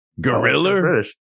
Gorilla